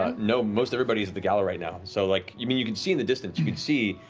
ah no, most everybody's at the gala right now. so like you i mean you can see in the distance, you can see